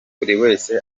buriwese